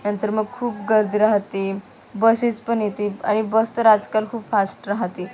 नंतर मग खूप गर्दी राहते बसेस पण येते आणि बस तर आजकाल खूप फास्ट राहते